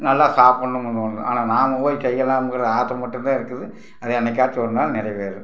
நல்லா சாப்பிட்ணுமுன்னு தோணுது ஆனால் நாம் போய் செய்யலாங்கிற ஆசை மட்டும்தான் இருக்குது அது என்றைக்காச்சும் ஒரு நாள் நிறைவேறும்